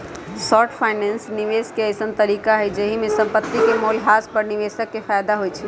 short finance निवेश के अइसँन तरीका हइ जाहिमे संपत्ति के मोल ह्रास पर निवेशक के फयदा होइ छइ